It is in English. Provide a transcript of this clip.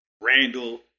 Randall